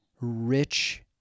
rich